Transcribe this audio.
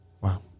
wow